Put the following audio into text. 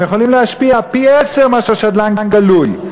יכולים להשפיע פי-עשרה מאשר שדלן גלוי.